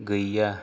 गैया